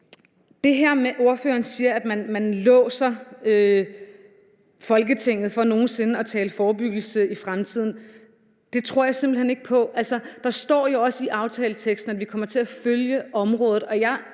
Det her med, at ordføreren siger, at man låser Folketinget for nogen sinde at tale forebyggelse i fremtiden, tror jeg simpelt hen ikke på. Der står jo også i aftaleteksten, at vi kommer til at følge området.